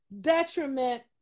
detriment